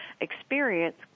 experience